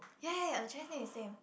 ya ya the Chinese name is same